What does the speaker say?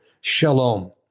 shalom